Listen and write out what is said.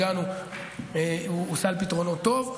הגענו אליו הוא סל פתרונות טוב.